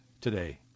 today